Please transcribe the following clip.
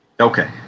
Okay